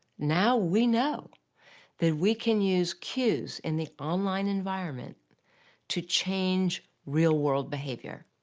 now we know that we can use cues in the online environment to change real-world behavior.